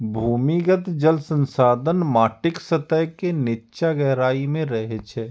भूमिगत जल संसाधन माटिक सतह के निच्चा गहराइ मे रहै छै